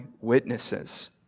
witnesses